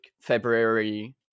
February